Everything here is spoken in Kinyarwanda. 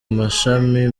amashami